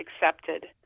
accepted